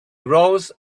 rose